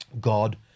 God